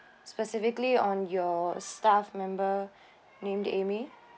specifically on your staff member named amy